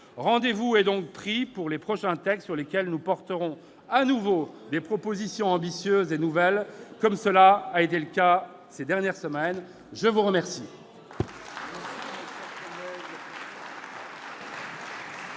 Rendez-vous est donc pris pour les prochains textes, sur lesquels nous soutiendrons encore des propositions ambitieuses et nouvelles, comme cela a été le cas ces dernières semaines. La parole